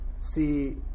see